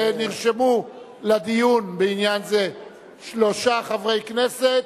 ונרשמו לדיון בעניין זה שלושה חברי כנסת,